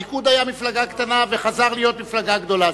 הליכוד היה מפלגה קטנה וחזר להיות מפלגה גדולה.